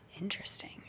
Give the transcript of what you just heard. Interesting